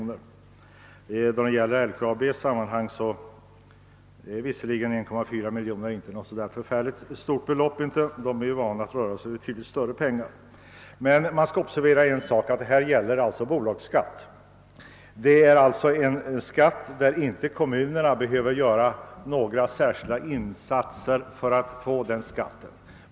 När det gäller LKAB är kanske inte 1,4 miljoner något särskilt stort belopp, eftersom man är van vid betydligt större summor, men det bör observeras att det här gäller bolagsskatten, och det är en skatt som kommunerna inte behöver göra några särskilda insatser för.